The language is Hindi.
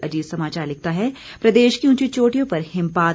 अजीत समाचार लिखता है प्रदेश की ऊंची चोटियों पर हिमपात